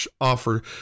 offer